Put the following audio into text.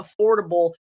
affordable